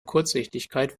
kurzsichtigkeit